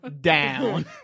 down